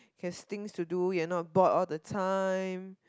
has things to do you're not bored all the time